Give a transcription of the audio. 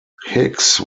hicks